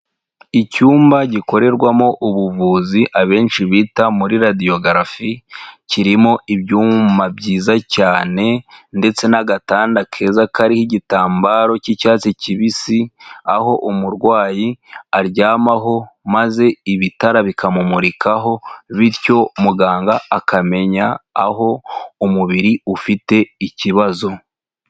Icyumba gikorerwamo ubuvuzi abenshi bita muri radiyogarafi, kirimo ibyuma byiza cyane ndetse n'agatanda keza kariho igitambaro cy'icyatsi kibisi, aho umurwayi aryamaho maze ibitara bikamumurikaho bityo muganga akamenya aho umubiri ufite ikibazo.